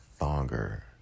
longer